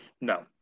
no